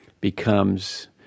becomes